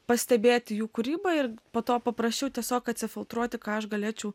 pastebėti jų kūrybą ir po to paprasčiau tiesiog atsifiltruoti ką aš galėčiau